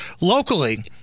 locally